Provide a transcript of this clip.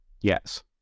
Yes